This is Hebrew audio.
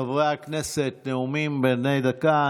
חברי הכנסת, נאומים בני דקה.